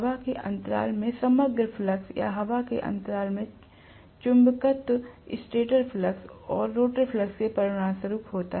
तो हवा के अंतराल में समग्र फ्लक्स या हवा के अंतराल में चुंबकत्वस्टेटर फ्लक्स और रोटर फ्लक्स के परिणामस्वरूप होता है